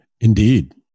Indeed